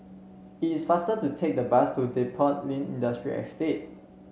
it is faster to take the bus to Depot Lane Industrial Estate